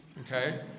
okay